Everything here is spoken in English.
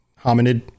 hominid